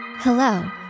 Hello